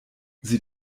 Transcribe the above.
sie